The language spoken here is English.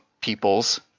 peoples